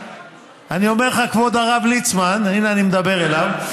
לא הלכתי לנבכי ההיסטוריה לבדוק,